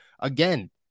again